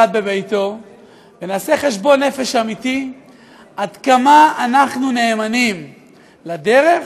בביתו ונעשה חשבון נפש אמיתי עד כמה אנחנו נאמנים לדרך,